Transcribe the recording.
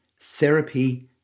therapy